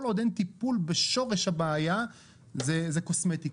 כל עוד אין טיפול בשורש הבעיה זה קוסמטיקה,